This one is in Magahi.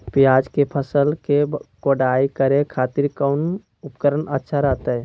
प्याज के फसल के कोढ़ाई करे खातिर कौन उपकरण अच्छा रहतय?